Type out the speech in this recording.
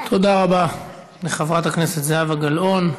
תודה רבה לחברת הכנסת זהבה גלאון.